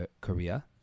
Korea